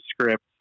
script